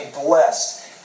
blessed